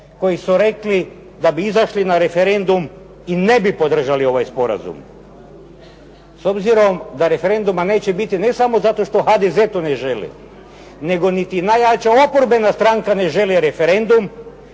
koji su rekli da bi izašli na referendum i ne bi podržali ovaj sporazum. S obzirom da referenduma neće biti ne samo što HDZ to ne želi, nego niti najjača oporbena stranka ne želi referendum,